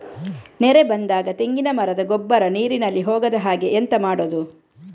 ನೆರೆ ಬಂದಾಗ ತೆಂಗಿನ ಮರದ ಗೊಬ್ಬರ ನೀರಿನಲ್ಲಿ ಹೋಗದ ಹಾಗೆ ಎಂತ ಮಾಡೋದು?